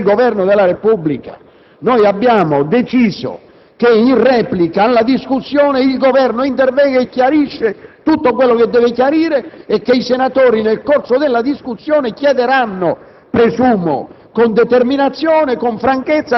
l'ufficiale presa di posizione del Governo della Repubblica. Abbiamo deciso che in replica alla discussione il Governo intervenga e chiarisca tutto ciò che deve chiarire, in risposta a quanto i senatori nel corso della discussione chiederanno